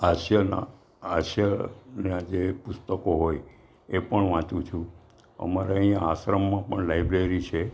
હાસ્યના હાસ્ય નાજે પુસ્તકો હોય એ પણ વાંચું છું અમારા ઇયાં આશ્રમમાં પણ લાઇબ્રેરી છે